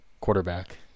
quarterback